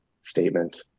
statement